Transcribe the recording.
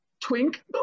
Twink